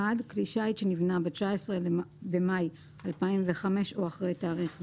כלי שיט שנבנה ב-19 במאי 2005 או אחרי תאריך זה,